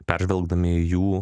peržvelgdami jų